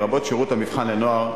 לרבות שירות המבחן לנוער,